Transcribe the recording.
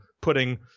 putting –